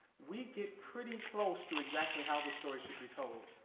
we get pretty close to exactly how the story should be told.